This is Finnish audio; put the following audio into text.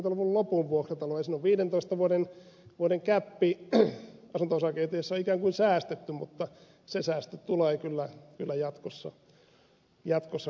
siinä on viidentoista vuoden gäppi asunto osakeyhtiöissä ikään kuin säästetty mutta se säästö tulee kyllä jatkossa kalliiksi